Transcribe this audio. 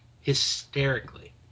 hysterically